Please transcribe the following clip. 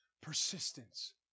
persistence